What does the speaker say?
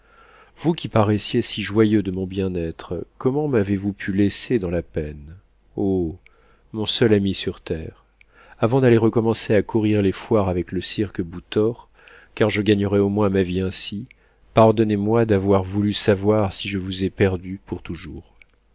vous qui paraissiez si joyeux de mon bien-être comment m'avez-vous pu laisser dans la peine o mon seul ami sur terre avant d'aller recommencer à courir les foires avec le cirque bouthor car je gagnerai au moins ma vie ainsi pardonnez-moi d'avoir voulu savoir si je vous ai perdu pour toujours